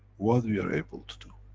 what we are able to do.